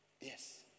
yes